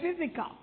physical